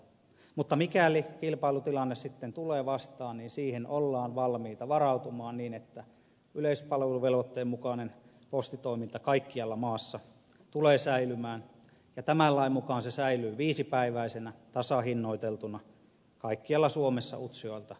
mutta mikäli kilpailutilanne sitten tulee vastaan niin siihen ollaan valmiita varautumaan niin että yleispalveluvelvoitteen mukainen postitoiminta kaikkialla maassa tulee säilymään ja tämän lain mukaan se säilyy viisipäiväisenä tasahinnoiteltuna kaikkialla suomessa utsjoelta hankoon